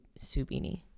Subini